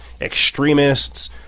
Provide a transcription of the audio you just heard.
extremists